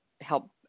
help